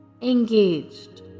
engaged